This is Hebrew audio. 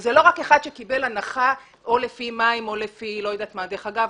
וזה לא רק אדם שקיבל הנחה לפי מים דרך אגב,